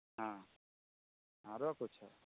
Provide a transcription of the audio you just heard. हँ आरो किछो